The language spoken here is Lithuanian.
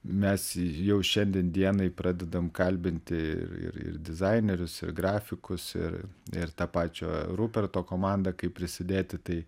mes jau šiandien dienai pradedam kalbinti ir ir ir dizainerius ir grafikus ir ir tą pačią ruperto komandą kaip prisidėti tai